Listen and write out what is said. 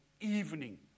evening